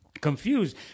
confused